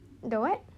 the what